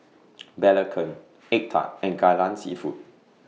Belacan Egg Tart and Kai Lan Seafood